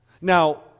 Now